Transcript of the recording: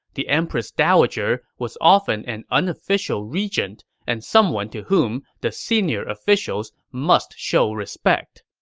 the empress dowager was often an unofficial regent and someone to whom the senior officials must show respect.